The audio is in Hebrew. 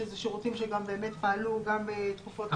שהם שירותים שגם באמת פעלו בתקופות ההסגר.